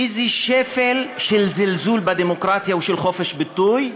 איזה שפל של זלזול בדמוקרטיה ובחופש הביטוי.